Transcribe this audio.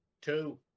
Two